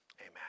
Amen